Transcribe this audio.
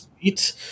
sweet